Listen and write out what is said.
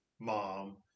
mom